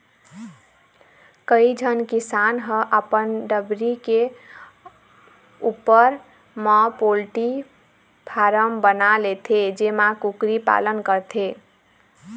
कइझन किसान ह अपन डबरी के उप्पर म पोल्टी फारम बना लेथे जेमा कुकरी पालन करथे